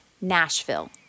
Nashville